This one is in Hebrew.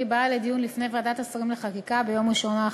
באה לדיון לפני ועדת השרים לחקיקה ביום ראשון האחרון.